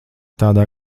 tādā